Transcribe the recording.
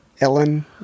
Ellen